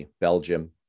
Belgium